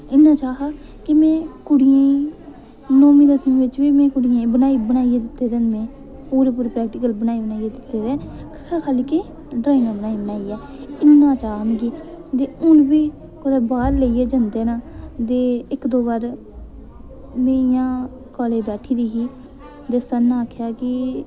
इन्ना चाऽ हा कि में कुड़ियें ई नौमीं दसमीं बिच बी में कुड़ियें ई बनाई बनाइयै दित्ते दे न में पूरे पूरे प्रैक्टिकल बनाई बनाइयै दित्ते दे न खाली केह् ड्राइंगा बनाई बनाई इन्ना चा हा मिगी हून बी मिगी बाह्र लेइयै जंदे न ते इक दो बार में इ'यां कालेज बैठी दी ही ते सर ने आखेआ कि